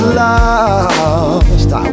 lost